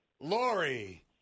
Lori